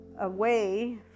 away